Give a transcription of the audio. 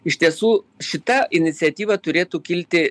iš tiesų šita iniciatyva turėtų kilti